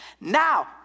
Now